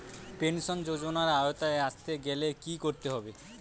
Pension যজোনার আওতায় আসতে গেলে কি করতে হবে?